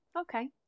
Okay